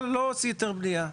אבל, לא הוציא היתר בנייה.